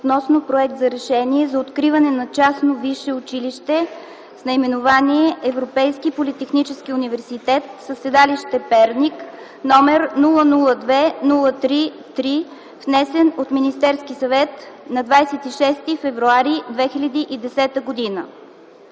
относно проект за Решение за откриване на частно висше училище с наименование Европейски политехнически университет със седалище Перник, № 002-03-3, внесен от Министерския съвет на 26 февруари 2010 г.